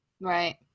Right